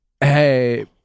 Hey